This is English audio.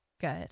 good